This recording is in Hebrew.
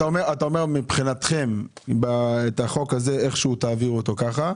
אתה אומר שמבחינתם את החוק הזה איכשהו תעבירו אותו ככה.